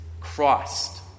Christ